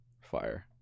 fire